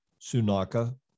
Sunaka